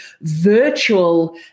virtual